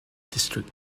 district